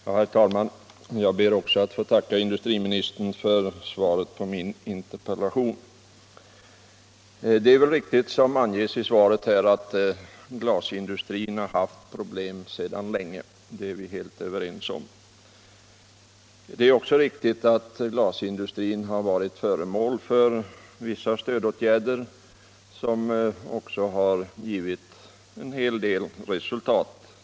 Herr talman! Också jag ber att få tacka industriministern för svaret på interpellationen. Det är riktigt, som anges i svaret, att glasindustrin länge har haft problem. Det är vi helt överens om. Det är likaledes riktigt att glasindustrin har varit föremål för vissa stödåtgärder, som också har givit en hel del resultat.